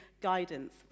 guidance